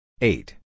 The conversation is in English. Eight